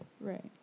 Right